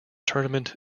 tournament